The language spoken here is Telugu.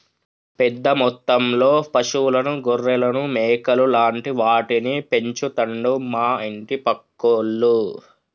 పెద్ద మొత్తంలో పశువులను గొర్రెలను మేకలు లాంటి వాటిని పెంచుతండు మా ఇంటి పక్కోళ్లు